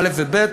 א'-ב',